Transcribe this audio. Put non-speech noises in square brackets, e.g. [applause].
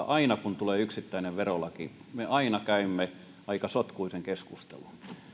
[unintelligible] aina kun tulee yksittäinen verolaki me täällä eduskunnassa käymme aika sotkuisen keskustelun